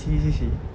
N_C_C_C